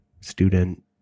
student